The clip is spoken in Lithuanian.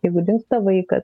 jeigu dingsta vaikas